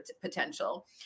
potential